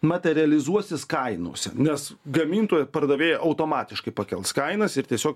materializuosis kainose nes gamintojai pardavėjai automatiškai pakels kainas ir tiesiog